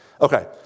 Okay